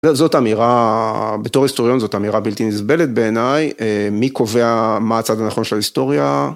זאת אמירה בתור היסטוריון זאת אמירה בלתי נסבלת בעיניי מי קובע מה הצד הנכון של ההיסטוריה.